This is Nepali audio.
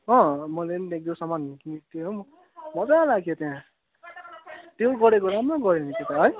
अँ मैले पनि एकदुई सामानहरू किनेँ मज्जा लाग्यो त्यहाँ त्यो गरेको राम्रो भयो नि त्यहाँ है